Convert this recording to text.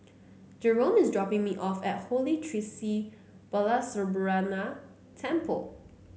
Jerome is dropping me off at Holy Tree Sri Balasubramaniar Temple